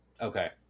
Okay